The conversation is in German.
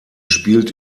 spielt